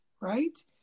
right